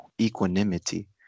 equanimity